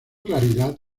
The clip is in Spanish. claridad